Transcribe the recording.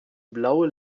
blaue